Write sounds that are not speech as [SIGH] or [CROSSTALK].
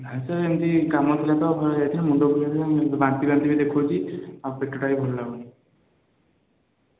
ନାହିଁ ସାର୍ ଏମିତି କାମ ଥିଲା ତ [UNINTELLIGIBLE] ମୁଣ୍ଡବୁଲାଇଦେଲା ବାନ୍ତି ବାନ୍ତି ବି ଦେଖାଉଛି ଆଉ ପେଟଟା ବି ଭଲ ଲାଗୁନି